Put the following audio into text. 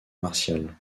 martiale